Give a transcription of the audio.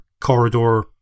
corridor